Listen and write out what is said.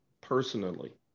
personally